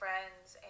friends